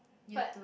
but